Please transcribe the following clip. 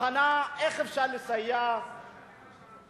בחנה איך אפשר לסייע לקייסים,